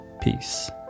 Peace